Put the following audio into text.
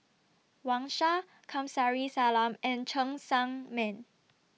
Wang Sha Kamsari Salam and Cheng Tsang Man